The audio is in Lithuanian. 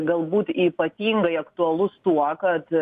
galbūt ypatingai aktualus tuo kad